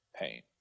pain